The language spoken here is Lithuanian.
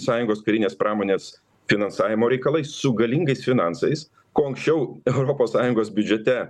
sąjungos karinės pramonės finansavimo reikalai su galingais finansais ko anksčiau europos sąjungos biudžete